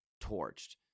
torched